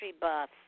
buff